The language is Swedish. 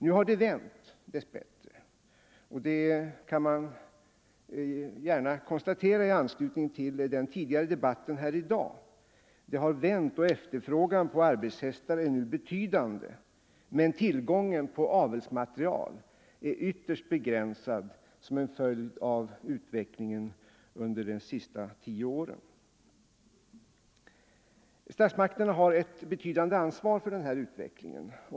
Nu har det dess bättre vänt. Efterfrågan på arbetshästar är nu betydande, men tillgången på avelsmaterial är ytterst begränsad som en följd av utvecklingen de senaste tio åren. Statsmakterna har ett betydande ansvar för denna utveckling.